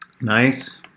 Nice